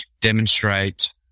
demonstrate